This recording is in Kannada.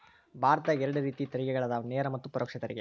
ಭಾರತದಾಗ ಎರಡ ರೇತಿ ತೆರಿಗೆಗಳದಾವ ನೇರ ಮತ್ತ ಪರೋಕ್ಷ ತೆರಿಗೆ